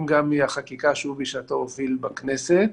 גם מהחקיקה שהוא בשעתו הוביל בכנסת,